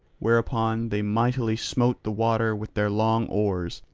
whereupon they mightily smote the water with their long oars,